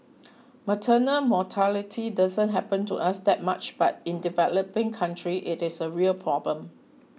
maternal mortality doesn't happen to us that much but in developing countries it is a real problem